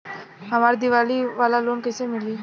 हमरा दीवाली वाला लोन कईसे मिली?